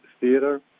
theater